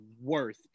worth